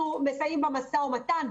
אנחנו מסייעים במשא ומתן,